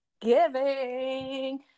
Giving